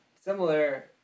Similar